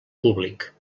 públic